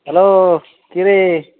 hello কিরে